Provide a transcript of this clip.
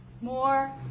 more